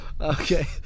Okay